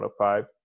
105